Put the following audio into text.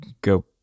go